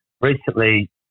recently